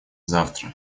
завтра